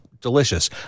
delicious